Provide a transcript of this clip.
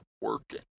working